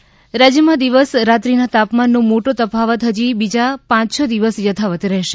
હવામાન રાજ્યમાં દિવસ રાત્રીના તાપમાનનો મોટો તફાવત હજી બીજા પાંચ છ દિવસ યથાવત રહેશે